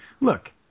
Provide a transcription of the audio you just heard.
look